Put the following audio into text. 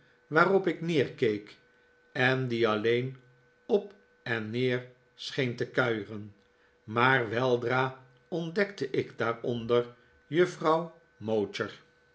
waarop ik neerkeek en die alleen david copperfield op en neer scheen te kuieren maar weldra ontdekte ik daaronder juffrouw